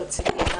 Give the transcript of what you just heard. הרציני,